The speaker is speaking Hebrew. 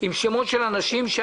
של אנשים.